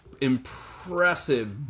impressive